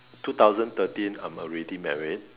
two thousand thirteen I'm already married